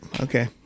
Okay